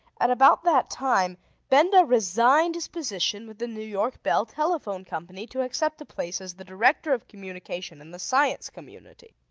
at about that time benda resigned his position with the new york bell telephone company to accept a place as the director of communication in the science community.